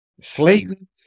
Slayton